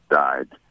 died